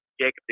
Jacob